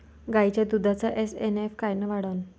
गायीच्या दुधाचा एस.एन.एफ कायनं वाढन?